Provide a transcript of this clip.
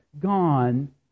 gone